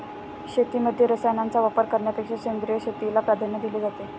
शेतीमध्ये रसायनांचा वापर करण्यापेक्षा सेंद्रिय शेतीला प्राधान्य दिले जाते